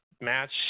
match